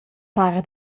para